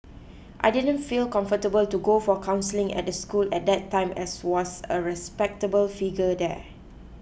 I didn't feel comfortable to go for counselling at the school at that time as was a respectable figure there